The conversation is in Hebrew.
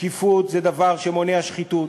שקיפות היא דבר שמונע שחיתות.